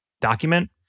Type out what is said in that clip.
document